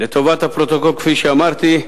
לטובת הפרוטוקול, כפי שאמרתי,